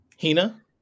hina